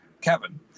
Kevin